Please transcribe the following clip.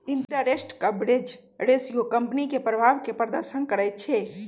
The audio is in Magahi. इंटरेस्ट कवरेज रेशियो कंपनी के प्रभाव के प्रदर्शन करइ छै